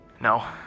No